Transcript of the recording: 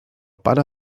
pare